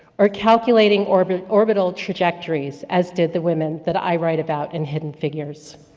or calculating orbital orbital trajectories, as did the women that i write about, in hidden figures.